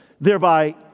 thereby